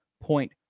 point